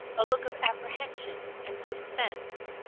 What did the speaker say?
a look of apprehension and suspense.